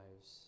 lives